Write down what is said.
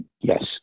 Yes